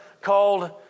called